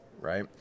Right